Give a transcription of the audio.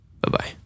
bye-bye